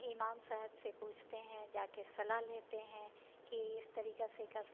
इमाम साहब से पूछते हैं जाकर सलाह लेते हैं कि इस तरीक़े से कर